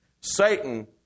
Satan